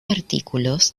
artículos